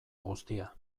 guztia